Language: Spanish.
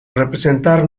representar